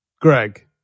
Greg